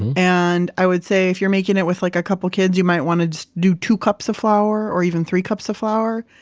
and i would say if you're making it with like a couple kids, you might want to just do two cups of flour, or even three cups of flour.